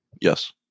Yes